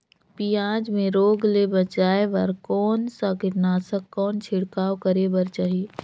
पियाज मे रोग ले बचाय बार कौन सा कीटनाशक कौन छिड़काव करे बर चाही?